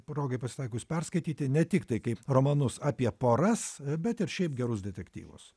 progai pasitaikius perskaityti ne tik tai kaip romanus apie poras bet ir šiaip gerus detektyvus